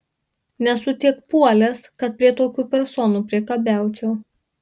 nesu tiek puolęs kad prie tokių personų priekabiaučiau